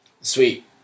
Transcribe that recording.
Sweet